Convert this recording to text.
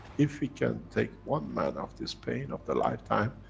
if we can take one man of this pain of the lifetime,